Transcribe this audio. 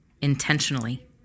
intentionally